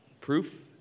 proof